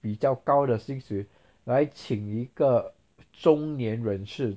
比较高的兴趣来请一个中年人士